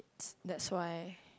that's why